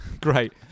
Great